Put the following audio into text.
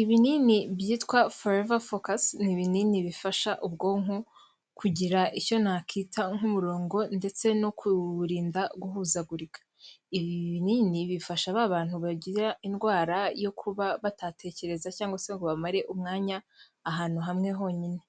Ibinini byitwa forever focus, ni bininini bifasha ubwonko kugira icyo nakita nk'umurongo ndetse no kuwurinda guhuzagurika. ibi binini bifasha ba bantu bagira indwara yo kuba batatekereza cyangwa se ngo bamare umwanya ahantu hamwe honyine.